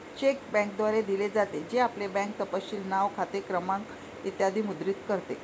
check बँकेद्वारे दिले जाते, जे आपले बँक तपशील नाव, खाते क्रमांक इ मुद्रित करते